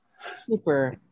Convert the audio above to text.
Super